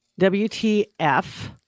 WTF